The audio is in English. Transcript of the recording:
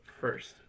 first